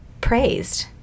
praised